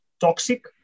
toxic